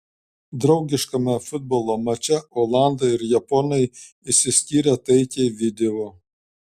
draugiškame futbolo mače olandai ir japonai išsiskyrė taikiai video